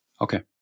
Okay